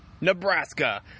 Nebraska